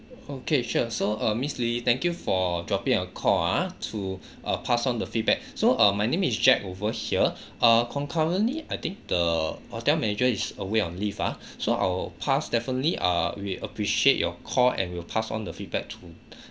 okay sure so uh miss lily thank you for dropping a call ah to uh pass on the feedback so uh my name is jack over here uh concurrently I think the hotel manager is away on leave ah so I'll pass definitely err we appreciate your call and will pass on the feedback to